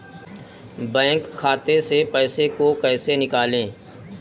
Bank खाते से पैसे को कैसे निकालें?